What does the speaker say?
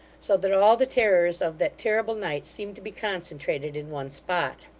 so that all the terrors of that terrible night seemed to be concentrated in one spot.